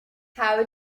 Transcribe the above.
how